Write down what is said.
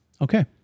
Okay